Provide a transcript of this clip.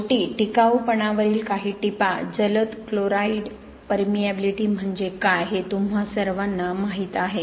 शेवटी टिकाऊपणावरील काही टिपा जलद क्लोराईड पर्मियबिलिटी म्हणजे काय हे तुम्हा सर्वांना माहीत आहे